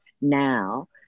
now